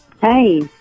Hey